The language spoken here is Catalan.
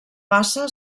bassa